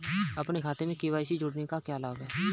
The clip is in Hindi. अपने खाते में के.वाई.सी जोड़ने का क्या लाभ है?